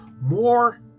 more